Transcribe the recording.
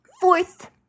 fourth